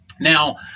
Now